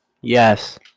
Yes